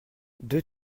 deux